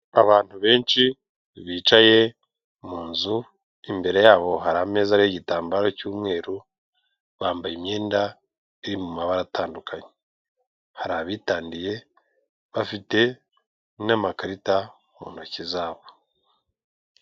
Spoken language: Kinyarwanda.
Abantu benshi bicaye mu nzu, imbere yabo hari ameza ariho igitambaro cy'umweru; bambaye imyenda iri mu mabara atandukanye. Hari abitandiye bafite n'amakarita mu ntoki zabo.